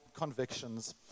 convictions